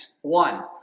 one